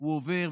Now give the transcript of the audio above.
הוא עובר,